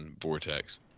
vortex